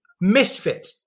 misfit